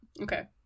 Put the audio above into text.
Okay